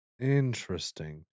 Interesting